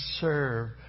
serve